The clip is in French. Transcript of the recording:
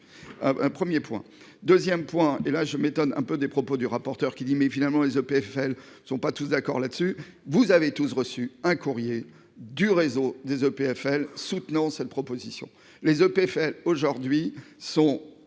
Un 1er point 2ème point et là je m'étonne un peu des propos du rapporteur qui dit mais finalement les EPFL sont pas tous d'accord là-dessus dessus vous avez tous reçu un courrier du réseau des EPFL soutenance elle proposition les EPFL aujourd'hui sont